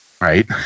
Right